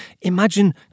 Imagine